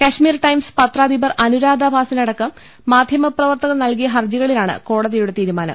Kashmir Times പത്രാധിപർ അനുരാധാ ഭാസിനടക്കം മാധ്യമ പ്രവർത്തകർ നൽകിയ ഹർജികളിലാണ് കോടതിയുടെ തീരുമാ നം